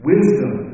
Wisdom